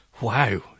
Wow